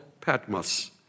Patmos